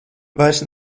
vairs